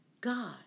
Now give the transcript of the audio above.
God